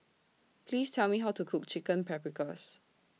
Please Tell Me How to Cook Chicken Paprikas